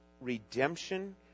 redemption